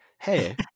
Hey